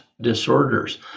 disorders